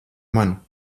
man